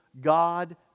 God